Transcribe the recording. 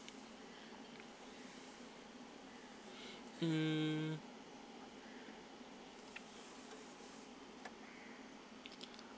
mm